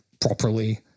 properly